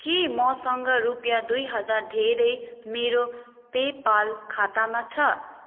के मसँग रुपियाँ दुई हजार धेरै मेरो पेपाल खातामा छ